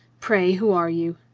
pray, who are you?